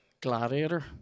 Gladiator